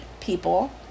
people